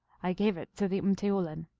i gave it to the m teoulin.